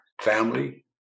Family